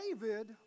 David